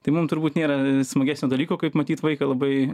tai mum turbūt nėra smagesnio dalyko kaip matyt vaiką labai